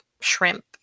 shrimp